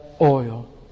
oil